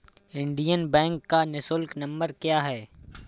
Indian Bank का निःशुल्क नंबर क्या है?